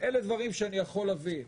אלה דברים שאני יכול להבין.